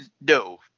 No